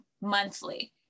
monthly